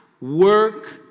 work